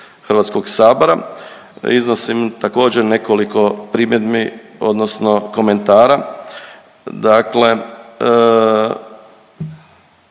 HS-a iznosim također nekoliko primjedbi odnosno komentara.